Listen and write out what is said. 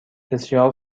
بسیار